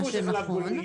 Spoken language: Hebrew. מה שנכון,